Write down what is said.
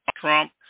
Trump